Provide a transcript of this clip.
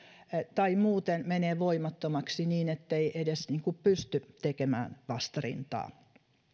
tai muuten menee voimattomaksi niin ettei edes pysty tekemään vastarintaa